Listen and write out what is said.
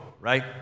right